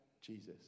Jesus